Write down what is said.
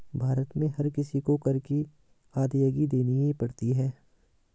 भारत में हर किसी को कर की अदायगी देनी ही पड़ती है